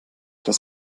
dass